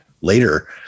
later